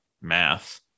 math